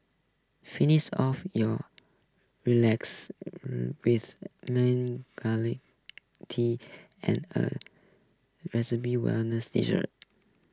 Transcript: finish off your relax with tea and a wellness dessert